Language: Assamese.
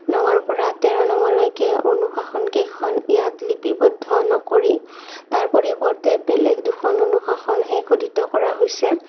নংৰ পৰা তেৰ নংলৈকে অনুশাসনকেইখন ইয়াত লিপিবদ্ধ নকৰি তাৰ পৰিৱৰ্তে বেলেগ দুখন অনুশাসনহে খোদিত কৰা হৈছে